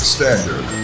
Standard